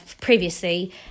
previously